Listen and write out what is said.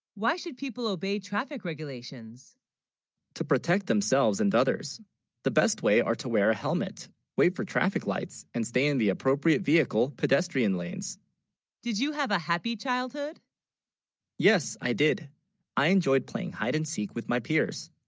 why, should people obey traffic regulations to protect themselves and others the best way are to wear a helmet wait for traffic lights, and stay in the appropriate vehicle pedestrian, lanes did you have a. happy childhood yes i did i enjoyed playing hide, and seek with, my peers